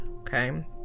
Okay